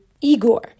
Igor